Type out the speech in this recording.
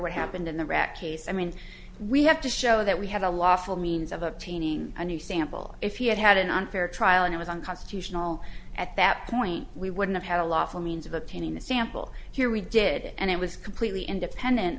what happened in the rat case i mean we have to show that we have a lawful means of obtaining a new sample if you had had an unfair trial and it was unconstitutional at that point we wouldn't have a lot of means of obtaining a sample here we did it and it was completely independent